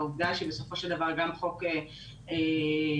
העובדה שבסופו של דבר גם חוק עישון